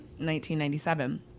1997